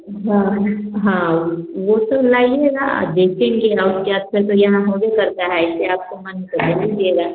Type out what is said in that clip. हाँ हाँ वह वह तो लाइएगा देखेंगे और सब यहाँ करता है इससे आपको मन लीजिएगा